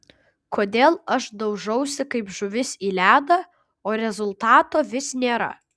kodėl aš daužausi kaip žuvis į ledą o rezultato vis nėra